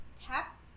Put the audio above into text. tap